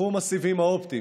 בתחום הסיבים האופטיים,